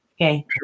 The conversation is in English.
Okay